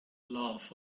laugh